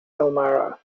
elmira